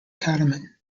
cattleman